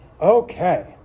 Okay